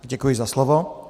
Děkuji za slovo.